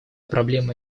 проблема